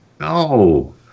No